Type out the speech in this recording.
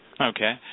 Okay